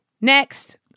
Next